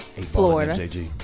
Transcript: Florida